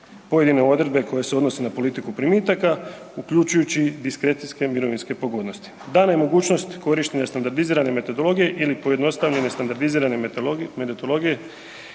pojedine odredbe koje se odnose na politiku primitaka uključujući diskrecijske mirovinske pogodnosti. Dana je mogućnost korištenja standardizirane metodologije ili pojednostavljene standardizirane metodologije